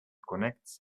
connects